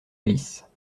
alice